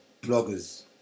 bloggers